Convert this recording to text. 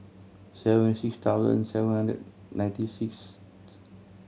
seven six thousand seven hundred and ninety sixth